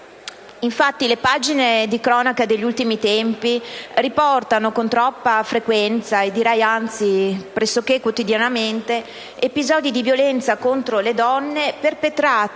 società. Le pagine di cronaca degli ultimi tempi riportano infatti con troppa frequenza - direi anzi pressoché quotidianamente - episodi di violenza contro le donne perpetrati